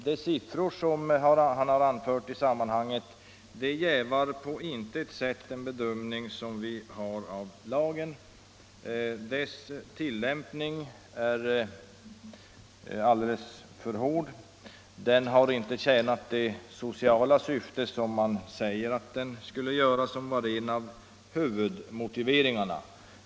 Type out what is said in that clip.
De siffror som han har anfört i sammanhanget jävar på intet sätt den bedömning av lagen som vi har gjort: den tillämpas alldeles för hårt, och den har inte tjänat det sociala syfte som var en av huvudmotiveringarna för dess införande.